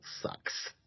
sucks